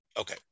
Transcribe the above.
Okay